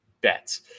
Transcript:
bets